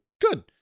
good